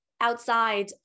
outside